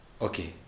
okay